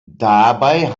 dabei